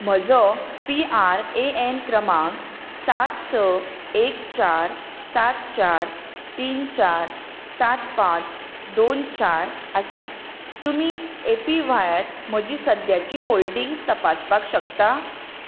म्हजो P R A N क्रमांक सात स एक चार सात चार तीन चार सात पांच दोन चार आसा तुमी ए पी व्हायत म्हजी सद्याची होल्डिंग्स तपासपाक शकता